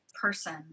person